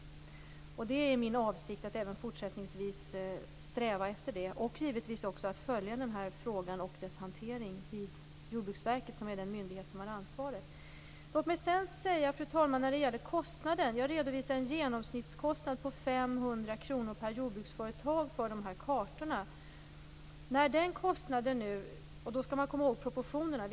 Det är min avsikt att även fortsättningsvis sträva efter det och givetvis också att följa denna fråga och dess hantering vid Jordbruksverket, som är den myndighet som har ansvaret. Fru talman! Jag redovisade en genomsnittskostnad på 500 kr per jordbruksföretag för kartorna. Man skall komma ihåg proportionerna.